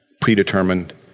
predetermined